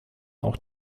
auch